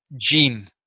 gene